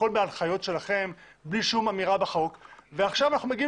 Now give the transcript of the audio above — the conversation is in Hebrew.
הכול בהנחיות שלכם בלי שום אמירה בחוק ועכשיו אנחנו מגיעים